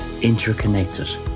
interconnected